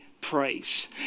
Praise